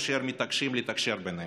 אשר מתקשים לתקשר ביניהם.